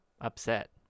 upset